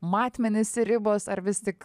matmenys ribos ar vis tik